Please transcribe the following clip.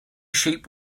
sheep